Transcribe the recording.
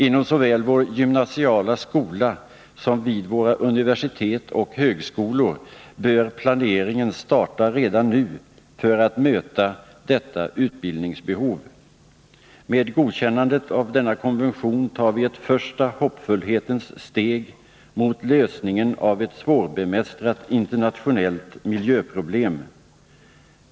Inom såväl vår gymnasiala skola som vid våra universitet och högskolor bör planeringen starta redan nu för att möta detta utbildningsbehov. Med godkännandet av denna konvention tar vi ett första, hoppfullhetens steg mot lösningen av ett svårbemästrat internationellt miljöproblem.